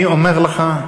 אני אומר לך: